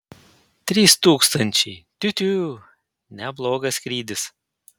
trys tūkstančiai tiū tiū neblogas skrydis